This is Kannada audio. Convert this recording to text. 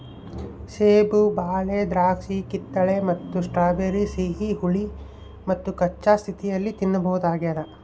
ಸೇಬು ಬಾಳೆ ದ್ರಾಕ್ಷಿಕಿತ್ತಳೆ ಮತ್ತು ಸ್ಟ್ರಾಬೆರಿ ಸಿಹಿ ಹುಳಿ ಮತ್ತುಕಚ್ಚಾ ಸ್ಥಿತಿಯಲ್ಲಿ ತಿನ್ನಬಹುದಾಗ್ಯದ